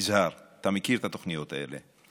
יזהר, אתה מכיר את התוכניות האלה.